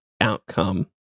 outcome